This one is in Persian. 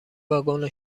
واگن